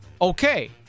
okay